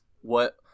what-